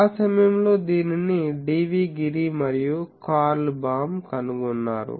ఆ సమయంలో దీనిని డివి గిరి మరియు కార్ల్ బామ్ కనుగొన్నారు